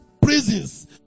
Prisons